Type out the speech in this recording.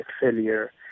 failure